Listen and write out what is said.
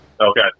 okay